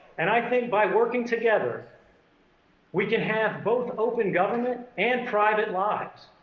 and i think by working together we can have both open government and private lives,